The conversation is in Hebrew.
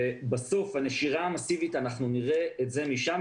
ובסוף, הנשירה המסיבית, אנחנו נראה את זה משם.